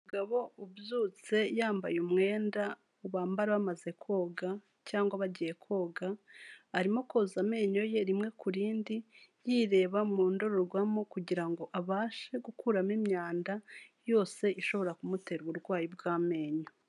Umugabo ubyutse yambaye umwenda bambara bamaze koga cyangwa bagiye koga, arimo koza amenyo ye rimwe kuri rindi, yireba mu ndorerwamo kugira ngo abashe gukuramo imyanda yose, ishobora kumutera uburwayi bw'amenyo.